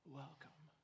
welcome